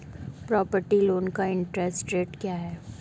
Property loan का interest rate क्या है?